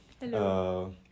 Hello